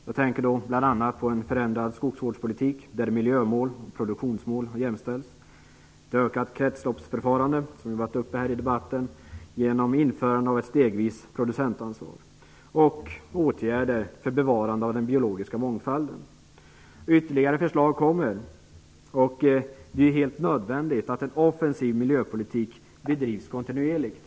Jag tänker då bl.a. på en förändrad skogsvårdspolitik, där miljömål och produktionsmål jämställs, ett ökat kretsloppsförfarande som har tagits upp här i debatten, genom införande av ett stegvis producentansvar och åtgärder för bevarande av den biologiska mångfalden. Ytterligare förslag kommer. Det är helt nödvändigt att en offensiv miljöpolitik bedrivs kontinuerligt.